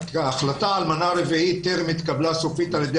ההחלטה על מנה רביעית טרם התקבלה על ידי